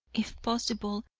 if possible,